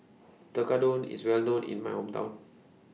Tekkadon IS Well known in My Hometown